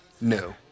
No